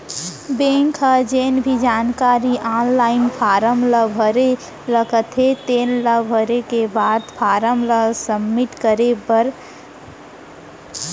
bank ह जेन भी जानकारी आनलाइन फारम ल भरे ल कथे तेन ल भरे के बाद फारम ल सबमिट करे बर परथे